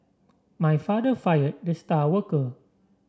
my father fired the star worker